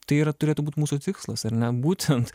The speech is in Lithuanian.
tai yra turėtų būt mūsų tikslas ar ne būtent